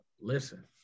listen